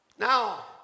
Now